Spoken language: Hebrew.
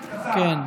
כן.